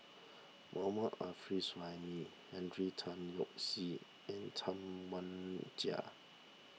Mohammad Arif Suhaimi Henry Tan Yoke See and Tam Wai Jia